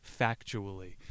factually